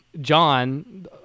John